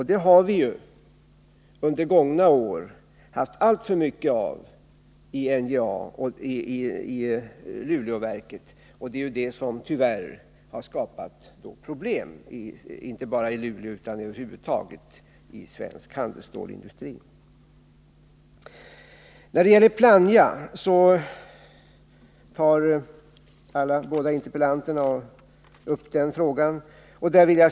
Sådant har vi under gångna år haft alltför mycket av i NJA och Luleåverket, och det är det som tyvärr har skapat problem inte bara i Luleå utan över huvud taget inom svensk handelsstålsindustri. Båda interpellanterna tar upp frågan om Plannja.